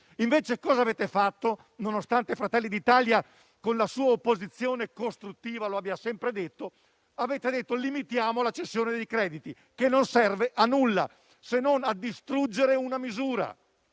Invece, nonostante Fratelli d'Italia, con la sua opposizione costruttiva, lo abbia sempre detto, avete deciso di limitare la cessione dei crediti, che non serve a nulla se non a distruggere una misura.